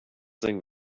thing